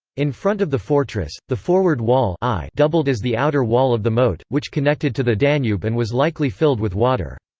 in front of the fortress, the forward wall ah doubled as the outer wall of the moat, which connected to the danube and was likely filled with water.